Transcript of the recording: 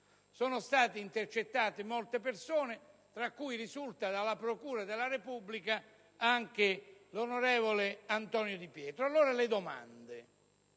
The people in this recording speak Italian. Sono state intercettate varie persone e, come risulta dalla Procura della Repubblica, anche l'onorevole Antonio Di Pietro.